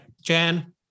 Jan